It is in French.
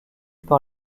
par